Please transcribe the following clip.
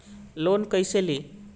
Loan कईसे ली?